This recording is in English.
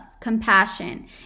compassion